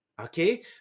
okay